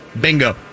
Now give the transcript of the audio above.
Bingo